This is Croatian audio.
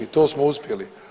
I to smo uspjeli.